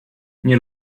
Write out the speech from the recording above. nie